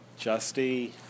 Justy